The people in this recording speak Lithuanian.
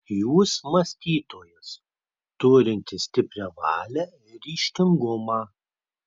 jūs mąstytojas turintis stiprią valią ir ryžtingumą